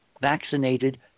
vaccinated